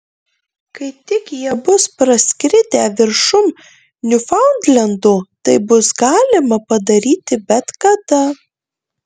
kai tik jie bus praskridę viršum niufaundlendo tai bus galima padaryti bet kada